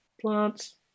plants